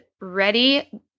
ready